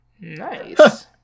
Nice